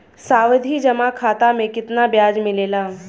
सावधि जमा खाता मे कितना ब्याज मिले ला?